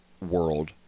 world